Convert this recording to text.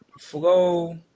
flow